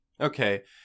Okay